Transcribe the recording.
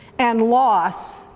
and loss,